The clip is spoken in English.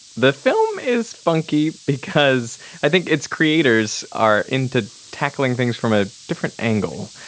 the film is funky because i think its creators are into tackling things from a different angle,